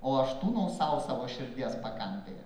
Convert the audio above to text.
o aš tūnau sau savo širdies pakampėje